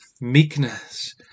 meekness